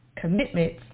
commitments